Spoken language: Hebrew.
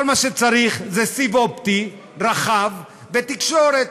כל מה שצריך זה סיב אופטי רחב ותקשורת,